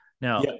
now